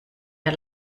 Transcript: der